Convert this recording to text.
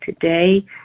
Today